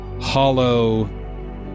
hollow